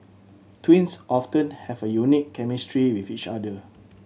twins often have a unique chemistry with each other